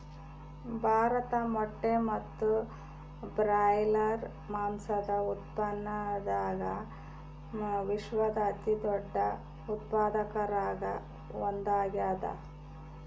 ಭಾರತ ಮೊಟ್ಟೆ ಮತ್ತು ಬ್ರಾಯ್ಲರ್ ಮಾಂಸದ ಉತ್ಪಾದನ್ಯಾಗ ವಿಶ್ವದ ಅತಿದೊಡ್ಡ ಉತ್ಪಾದಕರಾಗ ಒಂದಾಗ್ಯಾದ